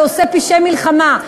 שעושה פשעי מלחמה,